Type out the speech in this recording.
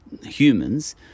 humans